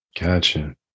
Gotcha